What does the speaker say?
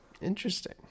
interesting